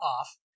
off